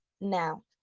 now